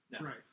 Right